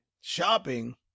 Shopping